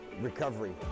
Recovery